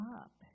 up